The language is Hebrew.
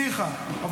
ניחא.